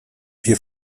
wir